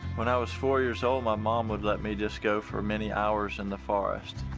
when i was four years old, my mom would let me just go for many hours in the forest.